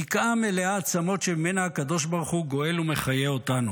בקעה מלאה עצמות שממנה הקדוש ברוך הוא גואל ומחיה אותנו.